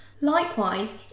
Likewise